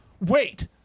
wait